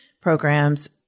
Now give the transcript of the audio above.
programs